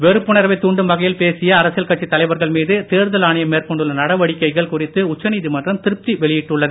வெறுப்புணர்வை தூண்டும் வகையில் பேசிய அரசியல் கட்சித் தலைவர்கள் மீது தேர்தல் ஆணையம் மேற்கொண்டுள்ள நடவடிக்கைகள் குறித்து உச்சநீதிமன்றம் திருப்தி வெளியிட்டுள்ளது